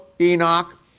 Enoch